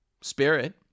spirit